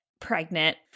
Pregnant